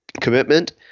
commitment